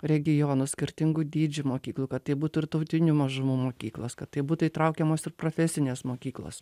regionų skirtingų dydžių mokyklų kad tai būtų ir tautinių mažumų mokyklos kad tai būtų įtraukiamos ir profesinės mokyklos